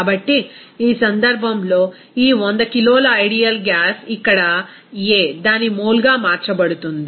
కాబట్టి ఈ సందర్భంలో ఈ 100 కిలోల ఐడియల్ గ్యాస్ ఇక్కడ A దాని మోల్గా మార్చబడుతుంది